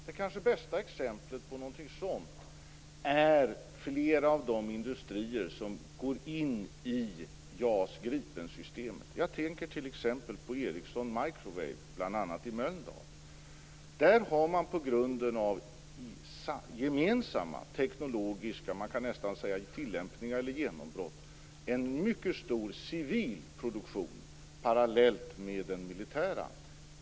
Fru talman! Det kanske bästa exemplet på någonting sådant är flera av de industrier som går in i JAS Gripen-systemet. Jag tänker t.ex. på Ericsson Microwave Systems, bl.a. i Mölndal. Där har man på grunden av gemensamma teknologiska tillämpningar, man kan nästan säga genombrott, en mycket stor civil produktion parallellt med den militära.